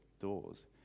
doors